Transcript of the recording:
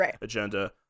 agenda